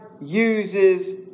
uses